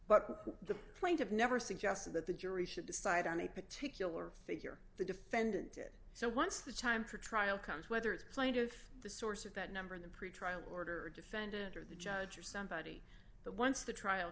but the point of never suggested that the jury should decide on a particular figure the defendant did so once the time for trial comes whether it's plaintiff the source of that number the pretrial order or defendant or the judge or somebody but once the trial